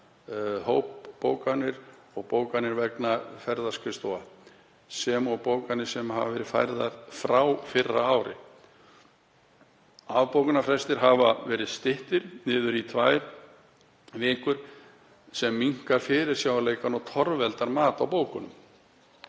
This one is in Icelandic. hópabókanir og bókanir á vegum ferðaskrifstofa, sem og bókanir sem voru færðar frá fyrra ári. Afbókunarfrestir hafa verið styttir niður í um tvær vikur sem minnkar fyrirsjáanleikann og torveldar mat á bókunum.